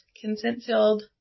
consent-filled